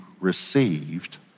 received